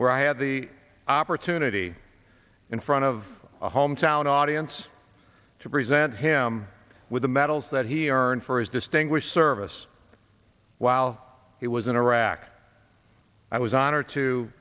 where i had the opportunity in front of a hometown audience to present him with the medals that he earned for his distinguished service while he was in iraq i was honor